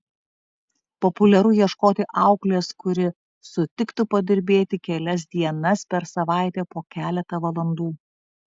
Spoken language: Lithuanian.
populiaru ieškoti auklės kuri sutiktų padirbėti kelias dienas per savaitę po keletą valandų